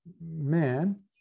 man